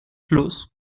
plus